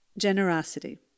generosity